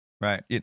Right